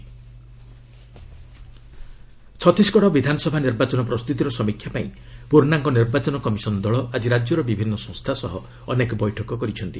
EC Chhattisgarh Chhattisgarh ବିଧାନସଭା ନିର୍ବାଚନ ପ୍ରସ୍ତୁତିର ସମୀକ୍ଷାପାଇଁ ପୂର୍ଷାଙ୍ଗ ନିର୍ବାଚନ କମିଶନ ଦଳ ଆକି ରାଜ୍ୟର ବିଭିନ୍ନ ସଂସ୍ଥା ସହ ଅନେକ ବୈଠକ କରିଛନ୍ତି